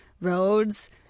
roads